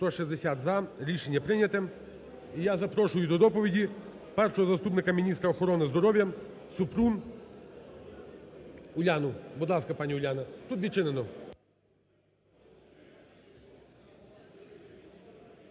За-160 Рішення прийнято. І я запрошую до доповіді першого заступника міністра охорони здоров'я Супрун Уляну. Будь ласка, пані Уляна. Тут відчинено.